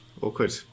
Awkward